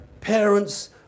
parents